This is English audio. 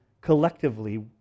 collectively